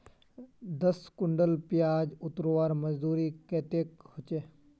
दस कुंटल प्याज उतरवार मजदूरी कतेक होचए?